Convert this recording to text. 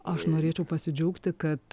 aš norėčiau pasidžiaugti kad